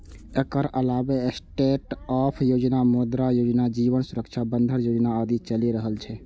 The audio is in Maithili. एकर अलावे स्टैंडअप योजना, मुद्रा योजना, जीवन सुरक्षा बंधन योजना आदि चलि रहल छै